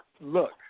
look